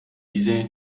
diese